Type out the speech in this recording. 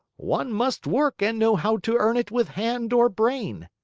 one must work and know how to earn it with hand or brain.